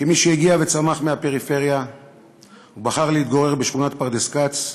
כמי שהגיע וצמח בפריפריה ובחר להתגורר בשכונת פרדס-כץ,